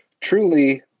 truly